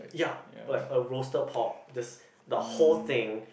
ya oh like a roasted pork just the whole thing